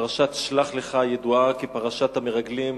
פרשת שלח לך ידועה כפרשת המרגלים.